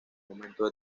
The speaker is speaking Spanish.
momento